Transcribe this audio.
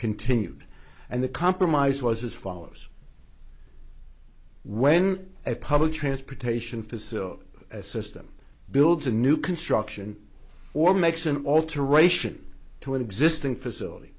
continued and the compromise was as follows when a public transportation facility system builds a new construction or makes an alteration to an existing facility